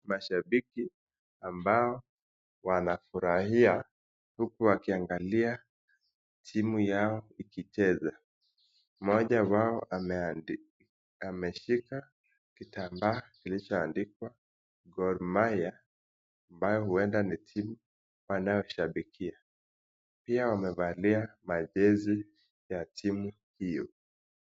Mashabiki ambao wanafurahia huku wakiangalia timu yao ikicheza moja wao ameshika kitamba ilichoandikwa Gor mahia ambayo huenda ni timu wanayoshabikia pia wamevalia majezi ya timu hiyo.